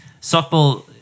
softball